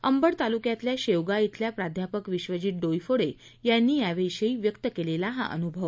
अंबड तालुक्यातल्या शेवगा इथल्या प्रा़ विश्वजित डोईफोडे यांनी याविषयी व्यक्त केलेला अनुभव